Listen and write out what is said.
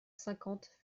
cinquante